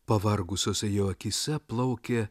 pavargusiose jo akyse plaukė